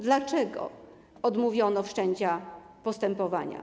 Dlaczego odmówiono wszczęcia postępowania?